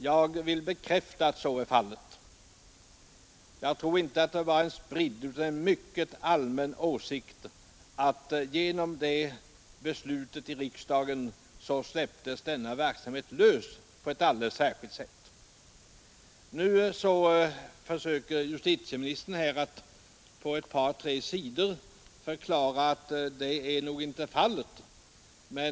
Jag vill bekräfta att så är fallet. Jag tror att det inte bara är en spridd utan en mycket allmän åsikt att genom beslutet i riksdagen släpptes denna verksamhet lös på ett alldeles särskilt sätt. Nu försöker justitieministern på ett par tre sidor förklara att så är det nog inte i verkligheten.